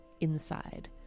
inside